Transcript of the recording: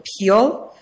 appeal